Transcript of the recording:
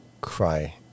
cry